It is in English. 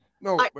No